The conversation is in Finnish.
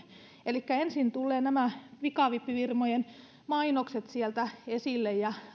elikkä ensin tulee nämä pikavippifirmojen mainokset sieltä esille ja